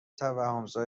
توهمزا